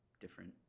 different